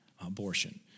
abortion